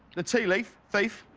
the tea leaf, thief.